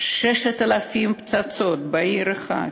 6,000 פצצות בעיר אחת.